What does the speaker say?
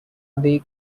lake